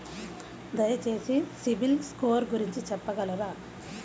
దయచేసి CIBIL score గురించి చెప్పగలరా?